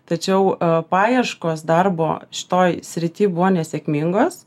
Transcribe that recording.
tačiau paieškos darbo šio srity buvo nesėkmingos